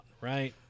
Right